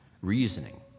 reasoning